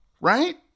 Right